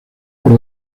por